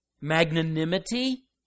magnanimity